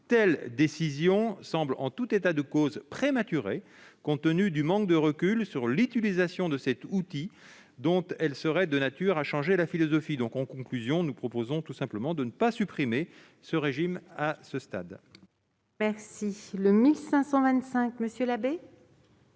telle décision « semble en tout état de cause prématurée compte tenu du manque de recul sur l'utilisation de cet outil dont elle serait de nature à changer la philosophie ». Nous proposons tout simplement de ne pas supprimer ce régime. La parole est à M. Joël Labbé,